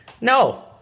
No